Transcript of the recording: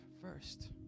first